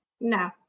No